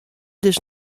dus